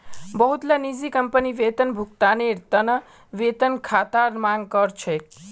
बहुतला निजी कंपनी वेतन भुगतानेर त न वेतन खातार मांग कर छेक